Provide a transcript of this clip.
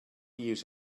use